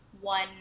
one